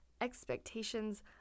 expectations